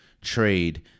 trade